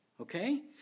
Okay